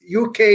UK